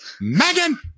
Megan